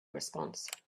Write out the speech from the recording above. response